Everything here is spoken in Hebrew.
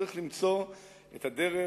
צריך למצוא את הדרך.